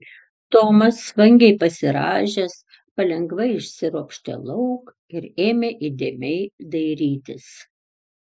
tomas vangiai pasirąžęs palengva išsiropštė lauk ir ėmė įdėmiai dairytis